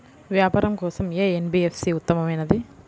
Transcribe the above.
వ్యాపారం కోసం ఏ ఎన్.బీ.ఎఫ్.సి ఉత్తమమైనది?